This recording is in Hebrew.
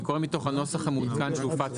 אני קורא מתוך הנוסח המתוקן והמעודכן שהופץ